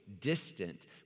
distant